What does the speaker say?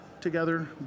together